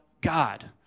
God